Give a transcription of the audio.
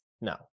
No